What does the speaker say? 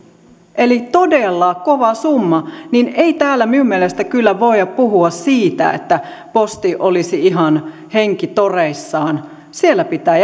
todella kova summa ei täällä minun mielestäni kyllä voida puhua siitä että posti olisi ihan henkitoreissaan siellä pitää